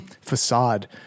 facade